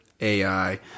AI